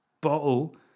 bottle